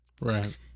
Right